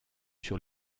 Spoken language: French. sur